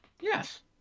Yes